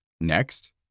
Next